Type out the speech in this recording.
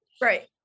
right